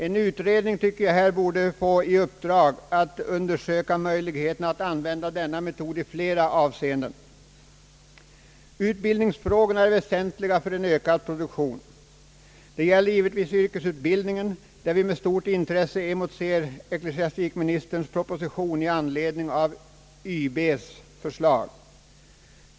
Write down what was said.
En utredning bör, anser jag, undersöka möjligheterna att använda denna metod i flera avseenden. Utbildningsfrågorna är väsentliga för en ökad produktion. Det gäller givetvis yrkesutbildningen, där vi med stort intresse emotser ecklesiastikministerns proposition i anledning av YB:s förslag.